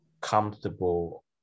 comfortable